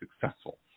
successful